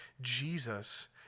Jesus